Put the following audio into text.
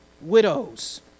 widows